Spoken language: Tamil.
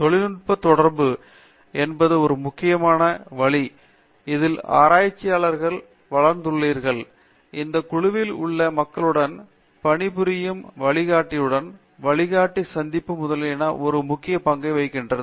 தொழில்நுட்ப தொடர்பு என்பது ஒரு முக்கியமான வழி இதில் ஆராய்ச்சியாளர்களை வளர்ந்துள்ளீர்கள் அந்த குழுவில் உள்ள மக்களுடன் பணி புரியும் வழிகாட்டியுடன் வழிகாட்டி சந்திப்பு முதலியன ஒரு முக்கியமான பங்கை வகிக்கிறது